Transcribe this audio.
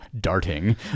darting